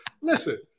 Listen